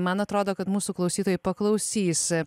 man atrodo kad mūsų klausytojai paklausys